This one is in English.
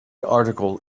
article